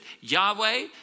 Yahweh